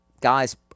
guys